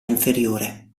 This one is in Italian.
inferiore